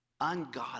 ungodly